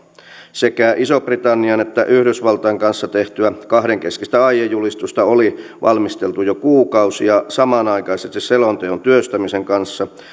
sekä ison britannian että yhdysvaltain kanssa tehtyä kahdenkeskistä aiejulistusta oli valmisteltu jo kuukausia samanaikaisesti selonteon työstämisen kanssa